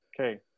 okay